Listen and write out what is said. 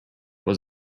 was